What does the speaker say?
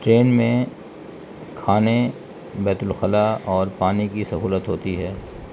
train میں کھانے بیت الخلاء اور پانی کی سہولت ہوتی ہے